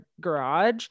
garage